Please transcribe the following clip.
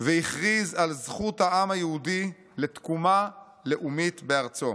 והכריז על זכות העם היהודי לתקומה לאומית בארצו.